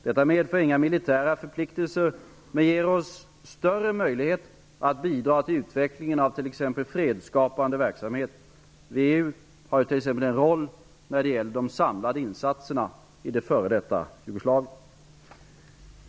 Detta medför inga militära föpliktelser men ger oss en större möjlighet att bidra till utvecklingen av t.ex. fredsskapande verksamhet. VEU har ju t.ex. en roll när det gäller de samlade insatserna i det f.d. Jugoslavien.